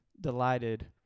delighted